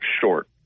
short